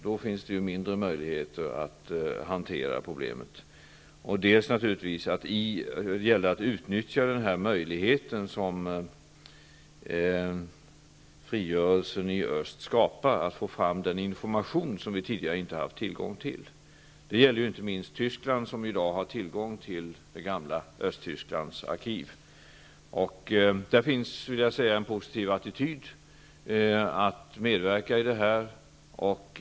Då finns det ju mindre möjligheter att hantera problemet. Det gäller också att utnyttja den möjlighet som frigörelsen i öst skapar att få fram den information som vi tidigare inte har haft tillgång till. Det gäller inte minst Tyskland, som i dag har tillgång till det gamla Östtysklands arkiv. Där finns en positiv attityd att medverka i detta.